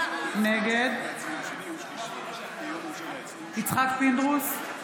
נגד יצחק פינדרוס,